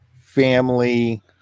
family